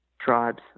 tribes